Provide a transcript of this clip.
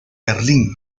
berlín